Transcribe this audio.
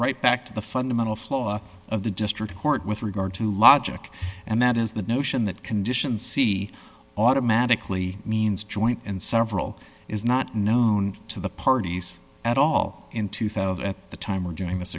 right back to the fundamental flaw of the district court with regard to logic and that is the notion that condition c automatically means joint and several is not known to the parties at all in two thousand at the time we're doing this